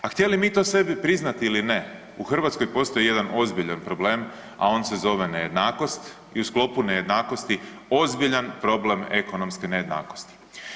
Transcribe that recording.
A htjeli mi to sebi priznati ili ne, u Hrvatskoj postoji jedan ozbiljan problem, a on se zove nejednakost, i u sklopu nejednakosti, ozbiljan problem ekonomske nejednakosti.